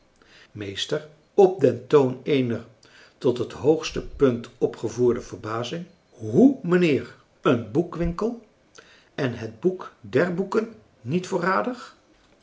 op den toon eener tot het hoogste punt opgevoerde verbazing hoe mijnheer een boekwinkel en het boek dèr boeken niet voorradig